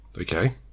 Okay